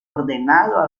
ordenado